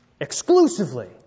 exclusively